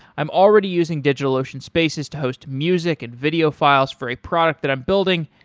i'm already using digitalocean spaces to hose music and video files for a product that i'm building,